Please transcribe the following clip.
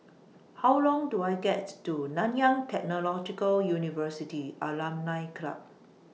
How Long Do I get to Nanyang Technological University Alumni Club